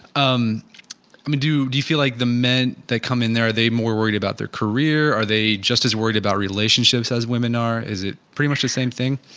um i mean, do do you feel like the men that come in there, are they more worried about their career or they're just as worried about relationships as women are, is it pretty much the same thing?